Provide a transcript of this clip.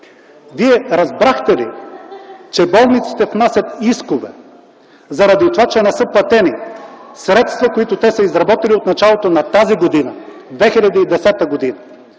Вие разбрахте ли, че болниците внасят искове, заради това че не са платени средства, които те са изработили от началото на 2010 г.?